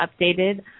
updated